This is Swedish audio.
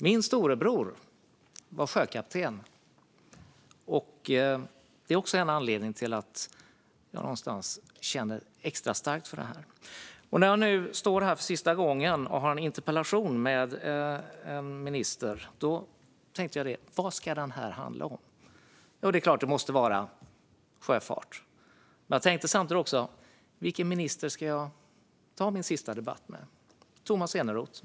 Min storebror var dessutom sjökapten, vilket också är en anledning till att jag någonstans känner extra starkt för detta. När jag nu skulle stå här och för sista gången ha en interpellationsdebatt med en minister tänkte jag: Vad ska den handla om? Och det var klart att det måste bli sjöfart. Jag tänkte också: Vilken minister ska jag ta min sista debatt med? Det blev Tomas Eneroth.